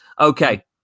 Okay